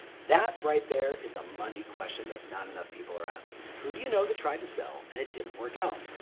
that right there is a money question that not enough people are asking, who do you know that tried to sell, and it didn't work out.